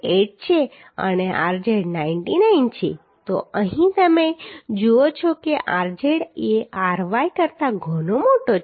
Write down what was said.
8 છે અને rz 99 છે તો અહીં તમે જુઓ છો કે rz એ ry કરતાં ઘણો મોટો છે